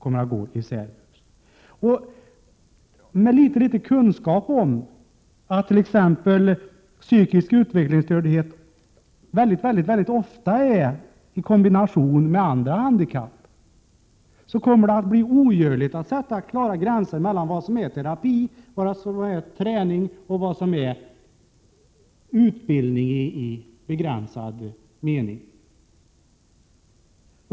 Med litet kunskap om att t.ex. psykisk utvecklingsstördhet ofta är förenad med andra handikapp, vet man att det kommer att bli ogörligt att sätta klara gränser mellan vad som är terapi, vad som är träning och vad som är utbildning i begränsad mening.